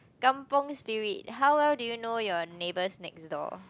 kampung spirit how well do you know your neighbors next door